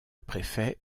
préfet